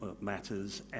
matters